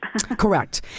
Correct